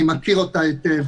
אני מכיר אותה היטב.